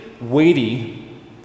weighty